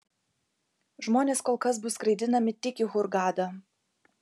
žmonės kol kas bus skraidinami tik į hurgadą